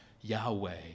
Yahweh